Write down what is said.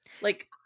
Like-